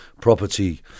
property